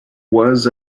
was